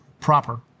proper